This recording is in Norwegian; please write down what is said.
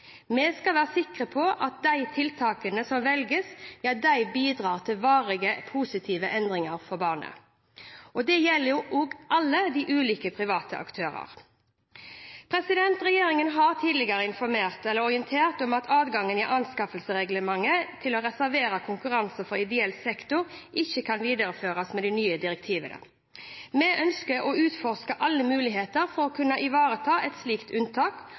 Vi skal være sikre på at de tiltakene som velges, bidrar til varige, positive endringer for barnet, og det gjelder også for alle de ulike private aktørene. Regjeringen har tidligere orientert om at adgangen i anskaffelsesregelverket til å reservere konkurranser for ideell sektor ikke kan videreføres med de nye direktivene. Vi ønsker å utforske alle muligheter for å kunne ivareta et slikt unntak.